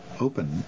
open